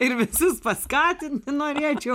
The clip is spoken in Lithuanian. ir visus paskatinti norėčiau